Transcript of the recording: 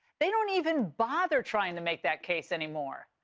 they don't even bother trying to make that case anymore.